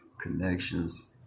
connections